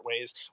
ways